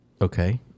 Okay